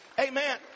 Amen